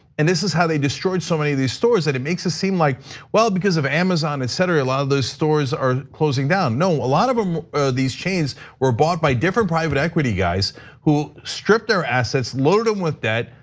and this is how they destroyed so many of these stores that it makes it seem like well because of amazon, etc, a lot of those stores are closing down. no, a lot of um these chains were bought by different private equity guys who stripped their assets, loaded them with debt,